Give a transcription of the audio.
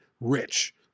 rich